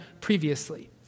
previously